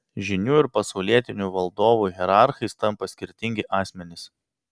žynių ir pasaulietinių valdovų hierarchais tampa skirtingi asmenys